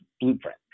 blueprint